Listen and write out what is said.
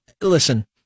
Listen